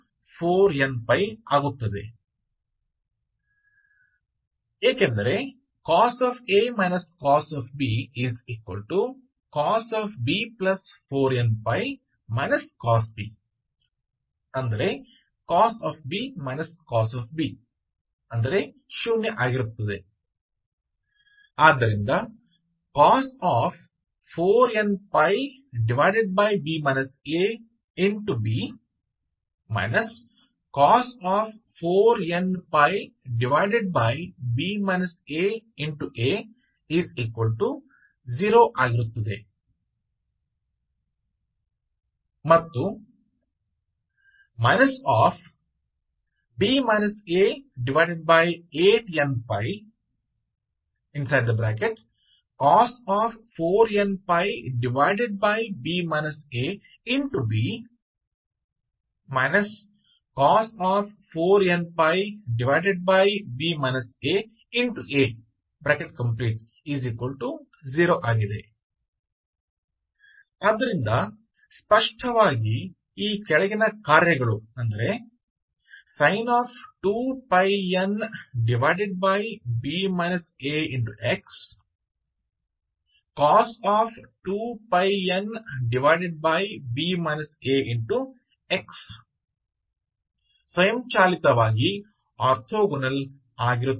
ಆದ್ದರಿಂದ A B 4nπ ∵cosA cosB cosB4nπ cos B cos B cos B 0 ∴ cos 4nπb a b cos 4nπb a a0 ಮತ್ತು b a8nπ cos 4nπb a b cos 4nπb a a0 ಆದ್ದರಿಂದ ಸ್ಪಷ್ಟವಾಗಿ ಈ ಕೆಳಗಿನ ಕಾರ್ಯಗಳು ಅಂದರೆ sin 2πnb a x cos 2πnb a x ಸ್ವಯಂಚಾಲಿತವಾಗಿ orthogonal ಆಗಿರುತ್ತವೆ